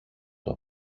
του